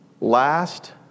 last